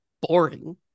Boring